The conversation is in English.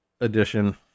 Edition